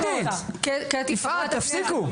קטי, יפעת, תפסיקו.